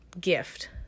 gift